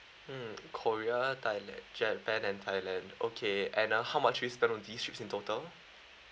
mm korea thailand japan and thailand okay and uh how much you spend on these trips in total